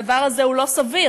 הדבר הזה הוא לא סביר.